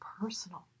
personal